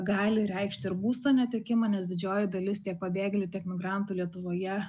gali reikšti ir būsto netekimą nes didžioji dalis tiek pabėgėlių tiek migrantų lietuvoje